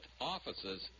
offices